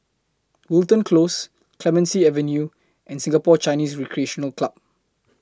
Wilton Close Clemenceau Avenue and Singapore Chinese Recreational Club